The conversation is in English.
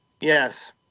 Yes